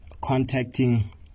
contacting